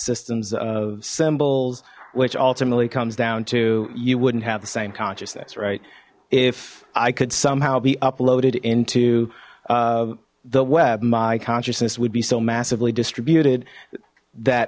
systems of symbols which ultimately comes down to you wouldn't have the same consciousness right if i could somehow be uploaded into the web my consciousness would be so massively distributed that